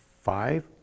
five